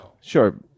sure